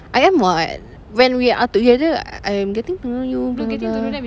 I am what when we are together I am getting to know you